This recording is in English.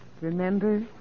Remember